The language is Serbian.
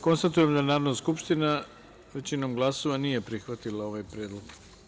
Konstatujem da Narodna skupština većinom glasova nije prihvatila ovaj predlog.